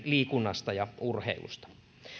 liikunnasta ja urheilusta